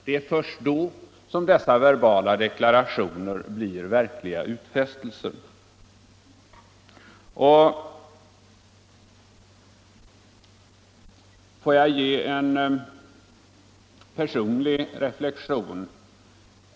Det är först då som dessa verbala deklarationer blir verkliga utfästelser. Får jag göra en personlig reflexion.